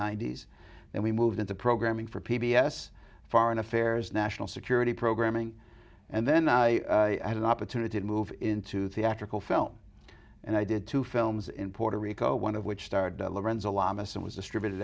ninety's then we moved into programming for p b s foreign affairs national security programming and then i had an opportunity to move into theatrical film and i did two films in puerto rico one of which starred lorenzo lamas and was distributed